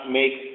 make